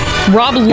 Rob